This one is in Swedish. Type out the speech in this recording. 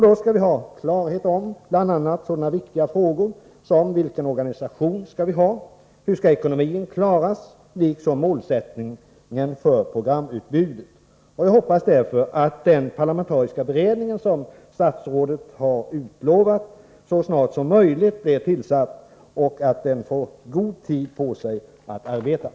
Då skall vi ha klarhet i bl.a. så viktiga frågor som vilken organisation vi skall ha, hur ekonomin skall klaras och vilken målsättningen för programutbudet skall vara. Jag hoppas därför att den parlamentariska beredning som statsrådet har utlovat så snart som möjligt blir tillsatt och att den får god tid på sig att arbeta. Tack!